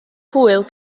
hwyl